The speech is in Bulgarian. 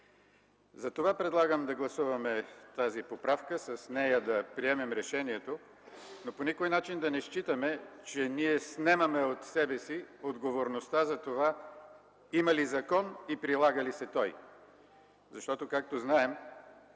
Затова предлагам да гласуваме тази поправка и с нея да приемем решението, но по никой начин да не считаме, че ние снемаме от себе си отговорността за това има ли закон и прилага ли се той. Защото, както знаем,